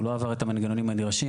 הוא לא עבר את המנגנונים הנדרשים,